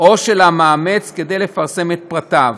או של המאמץ כדי לפרסם את פרטיו,